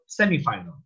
semifinal